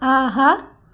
ஆஹா